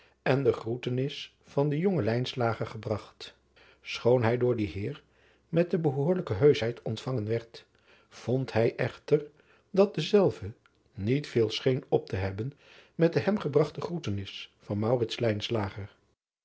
en de groetenis van den jongen gebragt choon hij door dien eer met de behoorlijke heuschheid ontvangen werd voud hij echter dat dezelve niet veel scheen op te hebben met de hem gebragte groetenis van